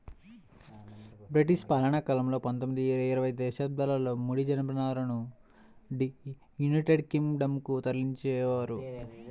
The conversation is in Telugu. బ్రిటిష్ పాలనాకాలంలో పందొమ్మిది, ఇరవై శతాబ్దాలలో ముడి జనపనారను యునైటెడ్ కింగ్ డం కు తరలించేవారు